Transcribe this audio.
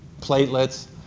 platelets